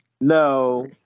No